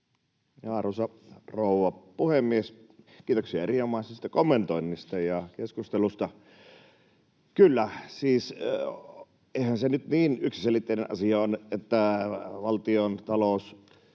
Arvoisa rouva puhemies! Kiitoksia erinomaisesta kommentoinnista ja keskustelusta. Kyllä, siis eihän se nyt niin yksiselitteinen asia ole, että valtiontalous